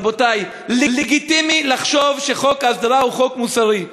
רבותי, לגיטימי לחשוב שחוק ההסדרה הוא חוק מוסרי.